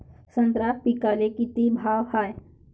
संत्रा पिकाले किती भाव हाये?